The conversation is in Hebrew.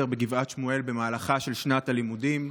בגבעת שמואל במהלכה של שנת הלימודים,